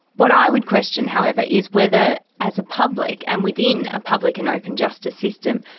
what i would question, however, is whether as a public, and within a public and open justice system,